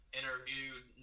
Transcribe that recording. interviewed